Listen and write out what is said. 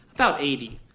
about eighty.